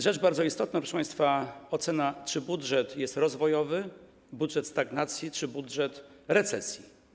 Rzecz bardzo istotna, proszę państwa: ocena, czy budżet jest rozwojowy, czy jest to budżet stagnacji czy budżet recesji.